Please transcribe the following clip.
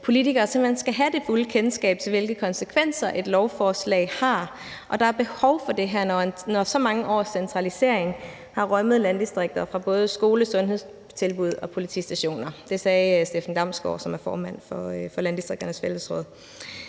hen skal have det fulde kendskab til, hvilke konsekvenser et lovforslag har, og at der er behov for det her, når så mange års centralisering har rømmet landdistrikter for både skole, sundhedstilbud og politistationer. Det sagde Steffen Damsgaard, som er formand for Landdistrikternes Fællesråd.